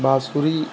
बांसुरी